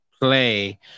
play